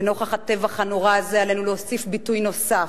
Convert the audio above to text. לנוכח הטבח הנורא הזה עלינו להוסיף ביטוי נוסף,